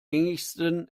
gängigsten